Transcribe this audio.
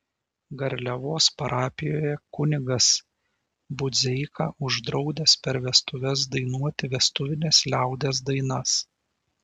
garliavos parapijoje kunigas budzeika uždraudęs per vestuves dainuoti vestuvines liaudies dainas